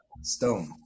stone